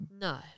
No